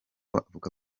avuga